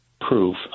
proof